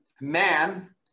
man